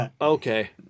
Okay